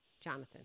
Jonathan